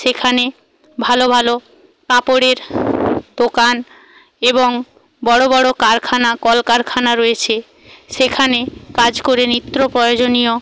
সেখানে ভালো ভালো কাপড়ের দোকান এবং বড় বড় কারখানা কলকারখানা রয়েছে সেখানে কাজ করে নিত্য প্রয়োজনীয়